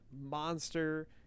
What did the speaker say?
monster